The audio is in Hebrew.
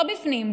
לא בפנים,